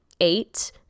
eight